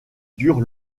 dure